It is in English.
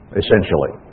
essentially